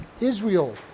Israel